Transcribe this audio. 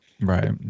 right